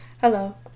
Hello